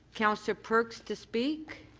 councillor perks to speak.